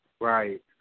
Right